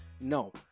No